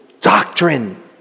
Doctrine